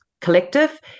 collective